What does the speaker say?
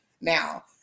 now